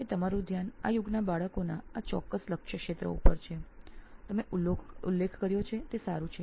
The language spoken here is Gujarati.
આપે આજની પેઢીના બાળકોના આ વિશિષ્ટ લક્ષ્ય ક્ષેત્ર પર ધ્યાન આપવાનો ઉલ્લેખ કર્યો છે તે સારું છે